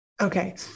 Okay